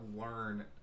learn